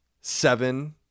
seven